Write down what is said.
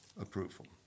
approval